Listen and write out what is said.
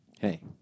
Hey